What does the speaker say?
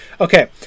Okay